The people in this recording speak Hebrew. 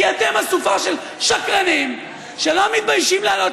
כי אתם אסופה של שקרנים שלא מתביישים לעלות